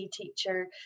teacher